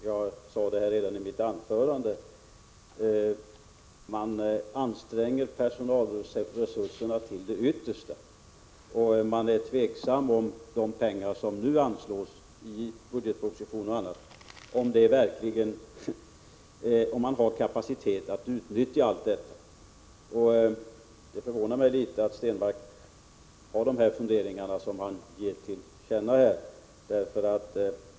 Jag sade redan i mitt anförande att man anstränger personalresurserna till det yttersta och att man är tveksam till huruvida man verkligen har kapacitet att utnyttja de pengar som nu anslås i bl.a. budgetpropositionen. Det förvånar mig litet att Per Stenmarck har de funderingar han ger till känna.